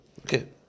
Okay